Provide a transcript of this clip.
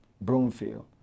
Broomfield